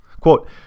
quote